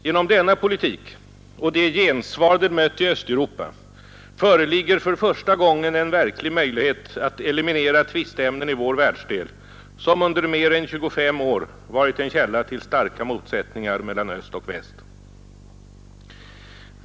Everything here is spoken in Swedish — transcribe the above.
Genom denna politik och det gensvar den mött i Östeuropa föreligger för första gången en verklig möjlighet att eliminera tvisteämnen i vår världsdel som under mer än 25 år varit en källa till starka motsättningar mellan öst och väst.